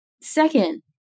second